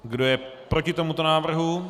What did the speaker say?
Kdo je proti tomuto návrhu?